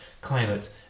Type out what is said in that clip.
climate